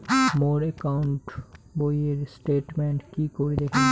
মোর account বইয়ের statement কি করি দেখিম?